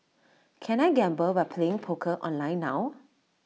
can I gamble by playing poker online now